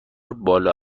بالا